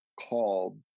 called